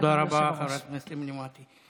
תודה רבה, חברת הכנסת אמילי מואטי.